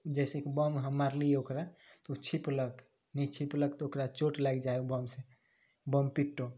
जैसे कि बम हम मारलियै ओकरा तऽ ऊ छिपलक छिपलक तऽ ओकरा चोट लागि जा हय ऊ बम से बमपिट्टो